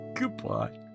Goodbye